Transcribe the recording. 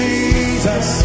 Jesus